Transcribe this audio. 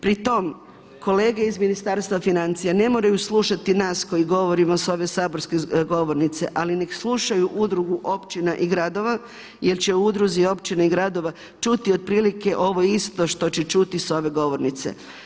Pri tom kolege iz Ministarstva financija ne moraju slušati nas koji govorimo s ove saborske govornice, ali nek slušaju Udrugu općina i gradova jer će u Udruzi općina i gradova čuti otprilike ovo isto što će čuti s ove govornice.